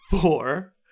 four